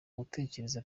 gutegereza